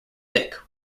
thick